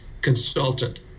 consultant